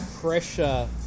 pressure